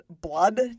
Blood